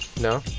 No